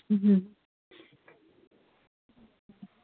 ꯎꯝ ꯎꯝ